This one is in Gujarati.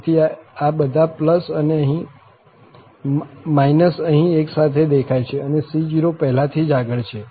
તેથી આ બધા અને અહીં એકસાથે દેખાય છે અને c0 પહેલાથી જ આગળ છે